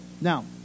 now